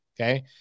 Okay